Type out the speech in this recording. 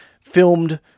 filmed